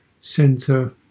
center